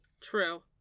True